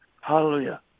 hallelujah